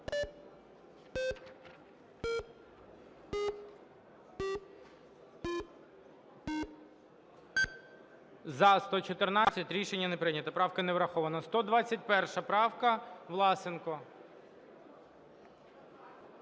За-114 Рішення не прийнято. Правка не врахована. 121 правка, Власенко.